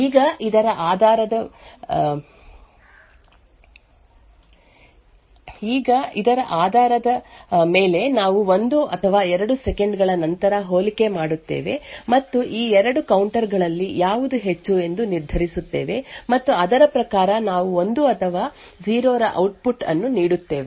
ಈಗ ಇದರ ಆಧಾರದ ಮೇಲೆ ನಾವು 1 ಅಥವಾ 2 ಸೆಕೆಂಡು ಗಳ ನಂತರ ಹೋಲಿಕೆ ಮಾಡುತ್ತೇವೆ ಮತ್ತು ಈ 2 ಕೌಂಟರ್ ಗಳಲ್ಲಿ ಯಾವುದು ಹೆಚ್ಚು ಎಂದು ನಿರ್ಧರಿಸುತ್ತೇವೆ ಮತ್ತು ಅದರ ಪ್ರಕಾರ ನಾವು 1 ಅಥವಾ 0 ರ ಔಟ್ಪುಟ್ ಅನ್ನು ನೀಡುತ್ತೇವೆ